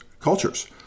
cultures